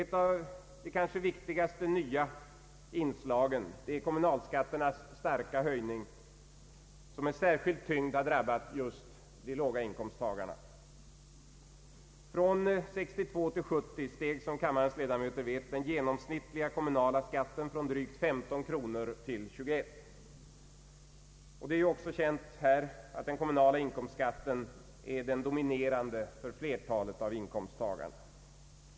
Ett av de kanske viktigaste nya inslagen är kommunalskatternas starka höjning, som med särskild tyngd har drabbat just låginkomsttagarna. Från 1962 till 1970 steg, som kammarens ledamöter vet, den genomsnittliga kommunala skatten från drygt 15 kronor till 21 kronor Det är också känt att den kommunala inkomstskatten är den dominerande skatten för flertalet av inkomsttagarna.